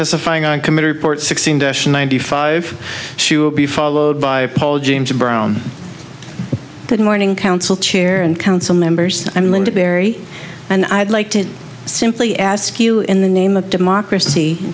testifying on committee report sixteen dash ninety five she will be followed by paul james brown good morning council chair and council members and linda perry and i'd like to simply ask you in the name of democracy